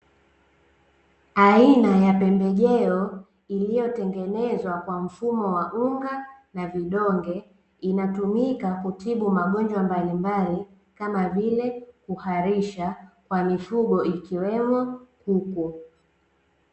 Aina ya pembejeo iliyotengenezwa kwa mfumo wa unga na vidonge. Inatumika kutibu magonjwa mbalimbali, kama vile kuharisha kwa mifugo, ikiwemo kuku.